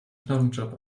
knochenjob